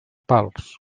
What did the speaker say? pals